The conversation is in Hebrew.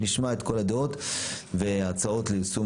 אנחנו נשמע את כל הדעות ואת ההצעות לדיוק וליישום